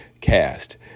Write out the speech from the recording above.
cast